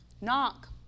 Knock